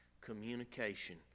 communication